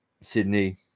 sydney